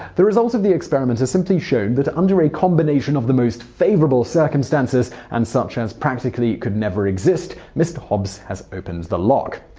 the result of the experiment has simply shown that, under a combination of the most favourable circumstances, and such as practically could never exist, mr. hobbs has opened the lock.